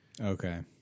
okay